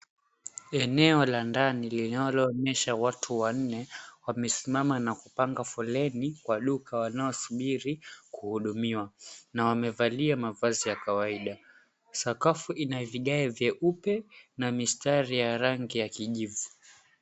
Eneo la ndani linaloonyesha watu wanne wamesimama na kupanga foleni kwa duka wanaosubiri kuhudumiwa, na wamevalia mavazi ya kawaida. Sakafu ina vigae vyeupe na mistari ya rangi ya kijivu.